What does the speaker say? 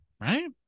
Right